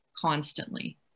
constantly